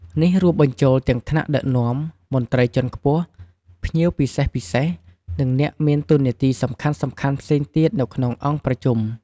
នេះរួមបញ្ចូលទាំងថ្នាក់ដឹកនាំ មន្ត្រីជាន់ខ្ពស់ ភ្ញៀវពិសេសៗ និងអ្នកមានតួនាទីសំខាន់ៗផ្សេងទៀតនៅក្នុងអង្គប្រជុំ។